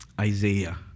Isaiah